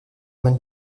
man